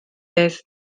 beth